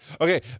Okay